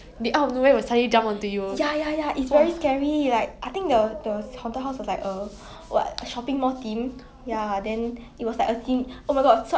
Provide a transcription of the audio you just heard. mm